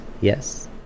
yes